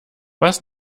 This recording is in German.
was